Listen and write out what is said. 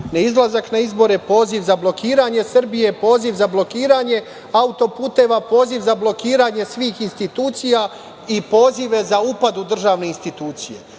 neizlazak na izbore, poziv za blokiranje Srbije, poziv za blokiranje autoputeva, poziv za blokiranje svih institucija i pozive za upad u državne institucije.